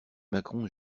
macron